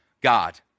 God